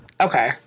Okay